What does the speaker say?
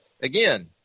again